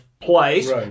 place